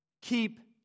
keep